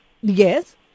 Yes